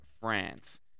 France